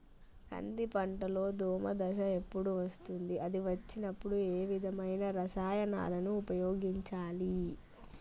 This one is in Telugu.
కంది పంటలో దోమ దశ ఎప్పుడు వస్తుంది అది వచ్చినప్పుడు ఏ విధమైన రసాయనాలు ఉపయోగించాలి?